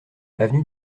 avenue